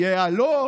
יהיו אלות.